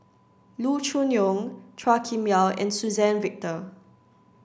Loo Choon Yong Chua Kim Yeow and Suzann Victor